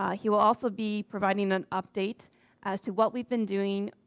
um he will also be providing an update as to what we've been doing,